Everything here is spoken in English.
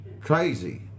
crazy